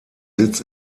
sitz